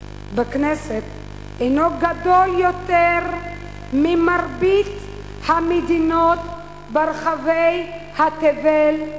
הינו גדול יותר מבמרבית המדינות ברחבי התבל,